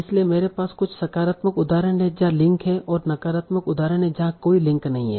इसलिए मेरे पास कुछ सकारात्मक उदाहरण हैं जहां लिंक है और नकारात्मक उदाहरण हैं जहां कोई लिंक नहीं है